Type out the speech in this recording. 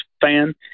fan